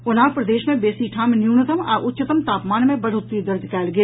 ओना प्रदेश मे बेसी ठाम न्यूनतम आ उच्चतम तापमान मे बढ़ोत्तरी दर्ज कयल गेल